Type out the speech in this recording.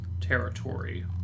territory